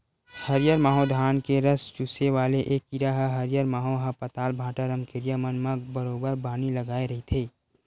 हरियर माहो धान के रस चूसे वाले ऐ कीरा ह हरियर माहो ह पताल, भांटा, रमकरिया मन म बरोबर बानी लगाय रहिथे